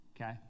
okay